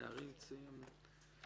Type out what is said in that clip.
נערים צעירים זה